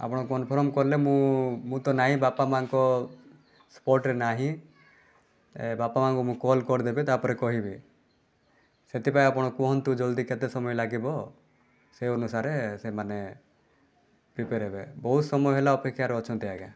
ଆପଣ କନଫର୍ମ କଲେ ମୁଁ ମୁଁ ତ ନାଇଁ ବାପମାଆଙ୍କ ସ୍ପଟ୍ରେ ନାହିଁ ବାପାମାଆଙ୍କୁ ମୁଁ କଲ୍ କରିଦେବି ତା'ପରେ କହିବି ସେଥିପାଇଁ ଆପଣ କୁହନ୍ତୁ ଜଲ୍ଦି କେତେ ସମୟ ଲାଗିବ ସେଇ ଅନୁସାରେ ସେମାନେ ପ୍ରିପେୟାର ହେବେ ବହୁତ ସମୟ ହେଲା ଅପେକ୍ଷାରେ ଅଛନ୍ତି ଆଜ୍ଞା